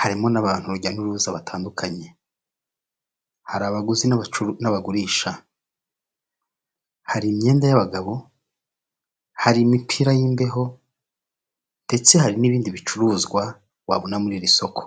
harimo n'abantu urujya n'uruza batandukanye. Hari abaguzi n'abagurisha, hari imyenda y'abagabo, hari imipira y'imbeho, ndetse hari n'ibindi bicuruzwa, wabona muri iri soko.